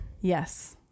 yes